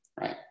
Right